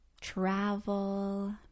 travel